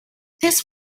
this